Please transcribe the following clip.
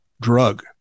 drug